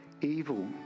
evil